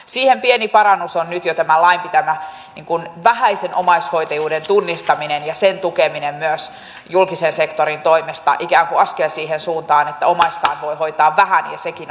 siihen pieni parannus on nyt jo tämän lain pitämä vähäisen omaishoitajuuden tunnistaminen ja sen tukeminen myös julkisen sektorin toimesta ikään kuin askel siihen suuntaan että omaistaan voi hoitaa vähän ja sekin on jo merkittävää